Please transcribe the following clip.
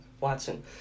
Watson